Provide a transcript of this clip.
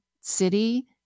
city